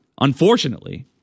unfortunately